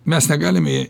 mes negalime